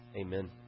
Amen